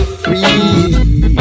free